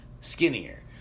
skinnier